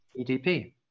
edp